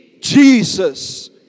Jesus